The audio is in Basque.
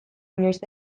inoiz